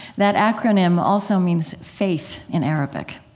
that acronym also means faith in arabic.